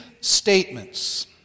statements